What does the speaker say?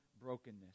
brokenness